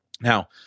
Now